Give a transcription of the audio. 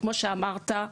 וכמו שאמרת,